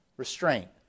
restraint